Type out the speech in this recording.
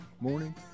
morning